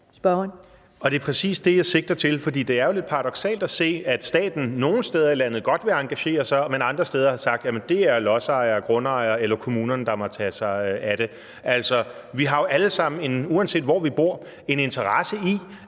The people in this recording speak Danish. Det er præcis det, jeg sigter til, for det er jo lidt paradoksalt at se, at staten nogle steder i landet godt vil engagere sig i det, men andre steder har sagt, at det er lodsejerne, grundejerne eller kommunerne, der må tage sig af det. Uanset hvor vi bor, har vi